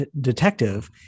detective